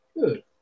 Good